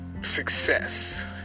success